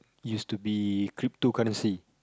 used to be crypto currency